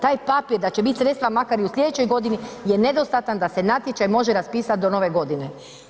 Taj papir da će biti sredstva makar i u sljedećoj godini je nedostatan da se natječaj može raspisati do nove godine.